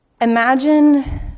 imagine